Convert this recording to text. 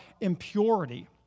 impurity